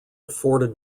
afforded